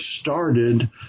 started